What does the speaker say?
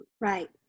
Right